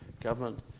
government